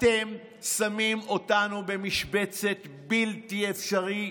אתם שמים אותנו במשבצת בלתי אפשרית,